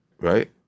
Right